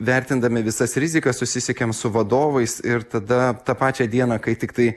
vertindami visas rizikas susisiekėm su vadovais ir tada tą pačią dieną kai tiktai